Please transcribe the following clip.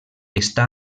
està